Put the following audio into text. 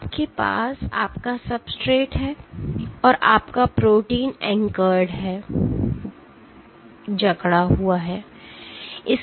तो आपके पास आपका सब्सट्रेट है और आपका प्रोटीन एंकर्ड है